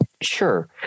Sure